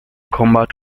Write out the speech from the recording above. combat